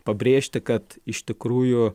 pabrėžti kad iš tikrųjų